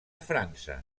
frança